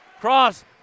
Cross